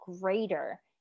greater